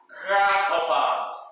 grasshoppers